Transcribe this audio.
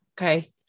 okay